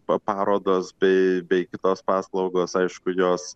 parodos bei bei kitos paslaugos aišku jos